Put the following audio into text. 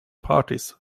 parties